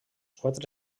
quatre